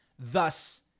Thus